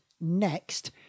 next